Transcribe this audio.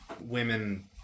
women